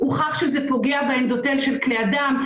הוכח שזה פוגע באנדותל של כלי הדם,